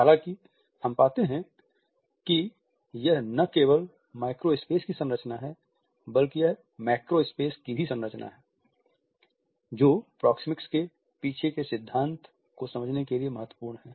हालांकि हम पाते हैं कि यह न केवल माइक्रो स्पेस की संरचना है बल्कि यह मैक्रो स्पेस की संरचना भी है जो प्रोक्मिक्स के पीछे के सिद्धांत को समझने के लिए महत्वपूर्ण है